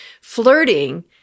flirting